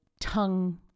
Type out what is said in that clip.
tongue